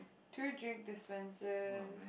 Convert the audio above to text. do you drink dispensers